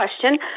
question